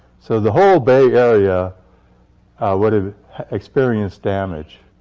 so the whole bay area would experienced damage.